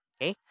Okay